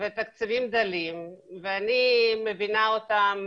ותקציבים דלים ואני מבינה אותם